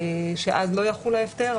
שאז לא יחול ההפטר,